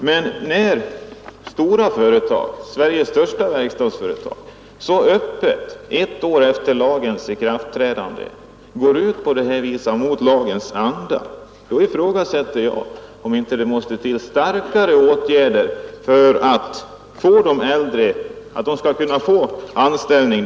Men när Sveriges största verkstadsföretag ett år efter lagens ikraftträdande så öppet går mot lagens anda ifrågasätter jag om inte starkare åtgärder måste vidtas för att de äldre skall kunna få anställning.